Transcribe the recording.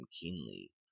keenly